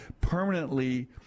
permanently